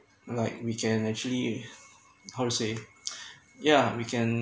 like we can actually how to say yeah we can